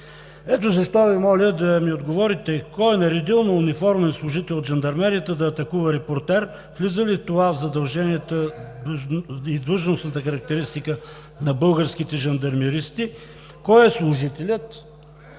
Ето защо Ви моля да ми отговорите: кой е наредил на униформен служител от жандармерията да атакува репортер? Влиза ли това в задълженията и длъжностната характеристика на българските жандармеристи? (Реплики